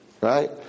right